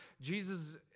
Jesus